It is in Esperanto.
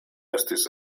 estis